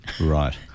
right